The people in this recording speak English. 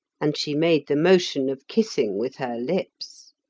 and she made the motion of kissing with her lips.